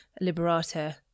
Liberata